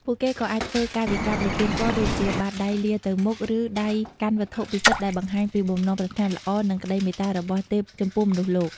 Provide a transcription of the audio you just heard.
ពួកគេក៏អាច ធ្វើកាយវិការប្រទានពរ ដូចជាបាតដៃលាទៅមុខ ឬដៃកាន់វត្ថុពិសិដ្ឋ ដែលបង្ហាញពីបំណងប្រាថ្នាល្អ និងក្ដីមេត្តារបស់ទេពចំពោះមនុស្សលោក។